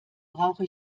brauche